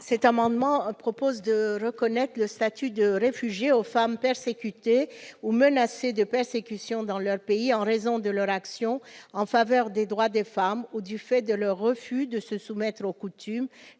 Cet amendement vise à reconnaître le statut de réfugié aux femmes persécutées ou menacées de persécutions dans leur pays, en raison de leur action en faveur des droits des femmes, du fait de leur refus de se soumettre aux coutumes,